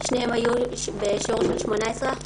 שניהם היו בשיעור של 18%,